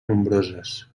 nombroses